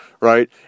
Right